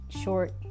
short